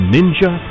Ninja